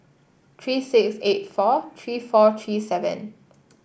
three six eight four three four three seven